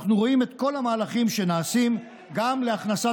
אנחנו רואים את כל המהלכים שנעשים גם להכנסת